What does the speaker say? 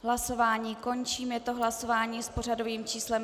Hlasování končím, je to hlasování s pořadovým číslem 194.